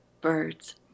birds